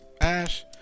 Ash